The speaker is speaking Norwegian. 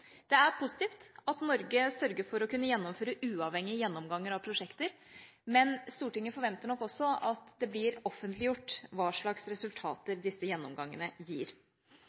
Det er positivt at Norge sørger for å kunne gjennomføre uavhengige gjennomganger av prosjekter, men Stortinget forventer nok også at det blir offentliggjort hva slags resultater disse gjennomgangene gir.